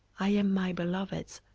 i am my beloved's,